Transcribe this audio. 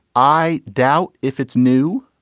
i doubt if it's new.